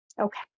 Okay